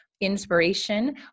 Inspiration